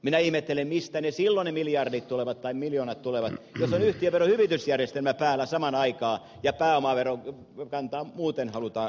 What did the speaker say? minä ihmettelen mistä silloin ne miljardit tai miljoonat tulevat jos on yhtiöveron hyvitysjärjestelmä päällä samaan aikaan ja pääomaverokantaa muuten halutaan korottaa